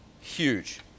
huge